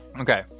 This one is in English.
Okay